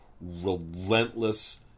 relentless